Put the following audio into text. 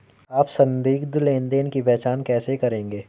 आप संदिग्ध लेनदेन की पहचान कैसे करेंगे?